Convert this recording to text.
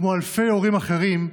כמו אלפי הורים אחרים,